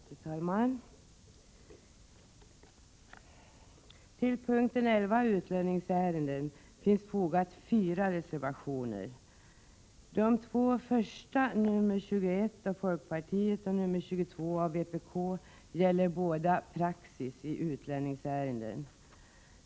Fru talman! Till punkten 11 — Utlänningsärenden — finns fogat fyra reservationer. De två första, nr 21 av folkpartiet och nr 22 av vpk, gäller båda praxis i utlänningsärenden.